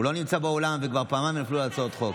הוא לא נמצא באולם וכבר פעמיים נפלו לו הצעות חוק.